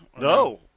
No